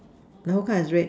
the whole car is red